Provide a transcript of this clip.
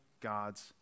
God's